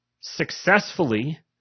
successfully